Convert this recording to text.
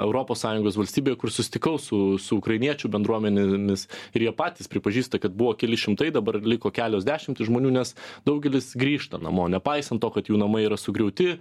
europos sąjungos valstybėje kur susitikau su su ukrainiečių bendruomenėmis ir jie patys pripažįsta kad buvo keli šimtai dabar liko kelios dešimtys žmonių nes daugelis grįžta namo nepaisant to kad jų namai yra sugriauti